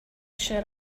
sure